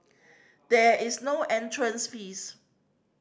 there is no entrance fees